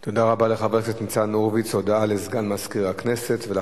או נגיד אחרת, תוגש תלונה נגד הפקח העירוני.